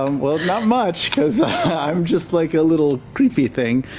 um well, not much, because i'm just like a little creepy thing.